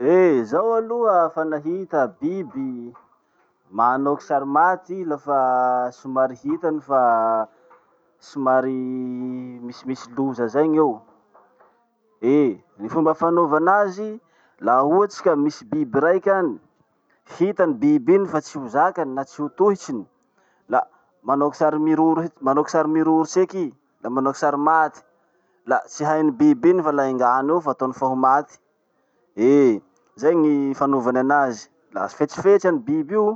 Eh! Zaho aloha fa nahita biby manao kisary maty i lafa somary hitany fa somary misimisy loza zay gn'eo. Eh! Gny fomba fanaova anazy, laha ohatsy ka misy biby raiky any, hitany biby iny fa tsy ho zakany na tsy ho tohitsiny, la manao kisary miroro he- manao kisary miroro tseky i, la manao sary maty. La tsy hain'ny biby iny fa la engany eo fa atao fa ho maty. Eh! Zay gny fanaovany anazy. La fetsifetsy any biby io.